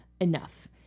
enough